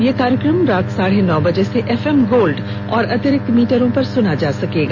यह कार्यक्रम रात साढे नौ बजे से एफएम गोल्ड और अतिरिक्त मीटरों पर सुना जा सकता है